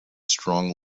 strong